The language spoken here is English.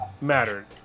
mattered